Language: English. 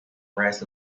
rest